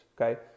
okay